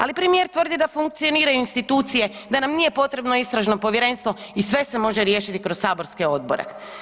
Ali premijer tvrdi fa funkcioniraju institucije, da nam nije potrebno istražno povjerenstvo i sve se može riješiti kroz saborske odbore.